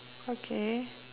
okay